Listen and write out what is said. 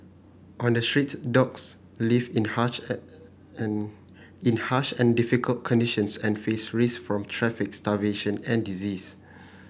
on the streets dogs live in harsh in harsh and difficult conditions and face risk from traffic starvation and disease